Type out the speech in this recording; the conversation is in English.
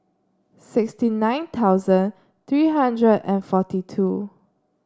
sixty nine thousand three hundred and forty two